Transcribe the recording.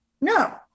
No